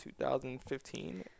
2015